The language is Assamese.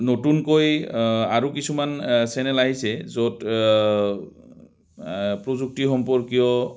নতুনকৈ আৰু কিছুমান চেনেল আহিছে য'ত প্ৰযুক্তি সম্পৰ্কীয়